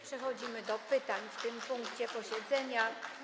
Przechodzimy do pytań w tym punkcie posiedzenia.